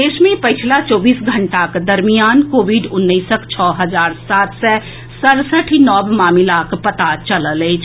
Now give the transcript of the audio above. देश मे पछिला चौबीस घंटाक दरमियान कोविड उन्नैसक छओ हजार सात सय सड़सठि नव मामिलाक पता चलल अछि